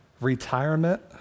Retirement